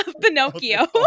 Pinocchio